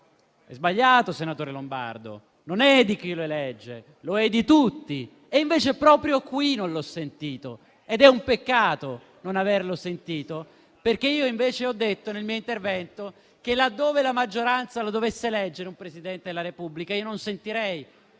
è sbagliato, senatore Lombardo, non è di chi lo elegge, è di tutti. Invece, proprio qui non l'ho sentito ed è un peccato non averlo sentito, perché io invece ho detto nel mio intervento che, laddove la maggioranza dovesse eleggere un Presidente della Repubblica, io non lo sentirei